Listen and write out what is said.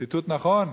ציטוט נכון?